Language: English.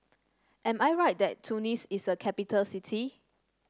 am I right that Tunis is a capital city